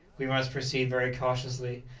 we must proceed very cautiously.